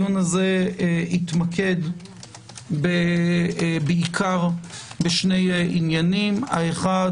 הוא יתמקד בעיקר בשני עניינים: האחד,